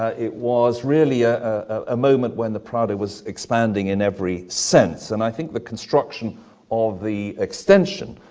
it was really a ah moment when the prado was expanding in every sense, and i think the construction of the extension,